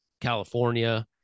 California